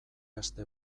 aste